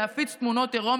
להפיץ תמונות עירום,